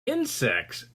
insects